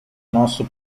nosso